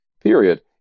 period